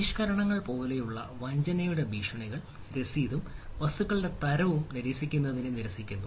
പരിഷ്കരണങ്ങൾ പോലുള്ള വഞ്ചനയുടെ ഭീഷണികൾ രസീതും വസ്തുക്കളുടെ തരവും നിരസിക്കുന്നതിനെ നിരസിക്കുന്നു